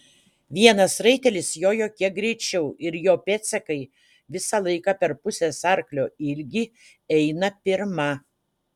vienas raitelis jojo kiek greičiau ir jo pėdsakai visą laiką per pusės arklio ilgį eina pirma